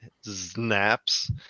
Snaps